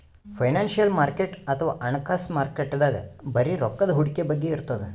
financial market ಅಥವಾ ಹಣಕಾಸ್ ಮಾರುಕಟ್ಟೆದಾಗ್ ಬರೀ ರೊಕ್ಕದ್ ಹೂಡಿಕೆ ಬಗ್ಗೆ ಇರ್ತದ್